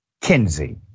Kinsey